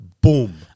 boom